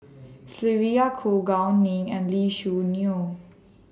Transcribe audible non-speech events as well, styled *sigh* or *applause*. *noise* Sylvia Kho Gao Ning and Lee Choo Neo